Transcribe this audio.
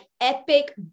epic